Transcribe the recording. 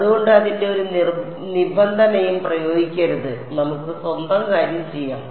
അതുകൊണ്ട് അതിൻ്റെ ഒരു നിബന്ധനയും പ്രയോഗിക്കരുത് നമുക്ക് സ്വന്തം കാര്യം ചെയ്യാം